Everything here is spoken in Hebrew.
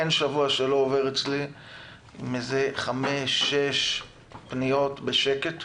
אין שבוע שאני לא מקבל חמש שש פניות לפחות,